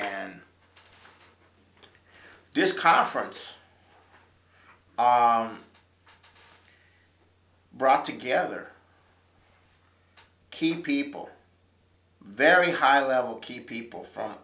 and this conference brought together key people very high level keep people from